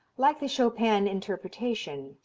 like the chopin interpretation,